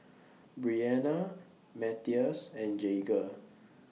Bryanna Mathias and Jagger